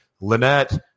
Lynette